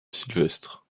sylvestre